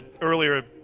earlier